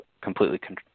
completely